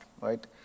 right